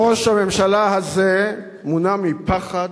ראש הממשלה הזה מונע מפחד,